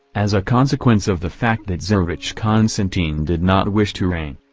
as a consequence of the fact that tsarevitch constantine did not wish to reign.